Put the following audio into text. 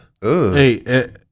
Hey